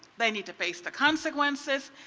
they need to face the consequences.